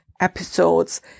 episodes